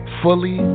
fully